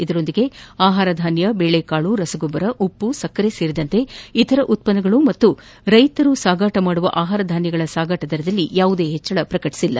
ಅದರ ಜೊತೆಗೆ ಆಹಾರ ಧಾನ್ಯ ಬೆಳೆಕಾಳುಗಳು ರಸಗೊಬ್ಬರ ಉಪ್ಪು ಸಕ್ಕರೆ ಸೇರಿದಂತೆ ಇತರ ಉತ್ತನ್ನಗಳು ಮತ್ತು ರೈತರು ಸಾಗಾಣಿಕೆ ಮಾಡುವ ಆಹಾರ ಧಾನ್ಲಗಳ ಸಾಗಣೆ ದರದಲ್ಲಿ ಯಾವುದೇ ಹೆಚ್ಚಳ ಮಾಡಿಲ್ಲ